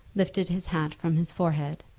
lifted his hat from his forehead.